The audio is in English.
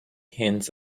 hens